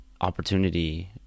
opportunity